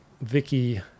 Vicky